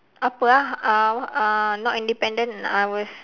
apa ah uh uh not independent I was